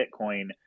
Bitcoin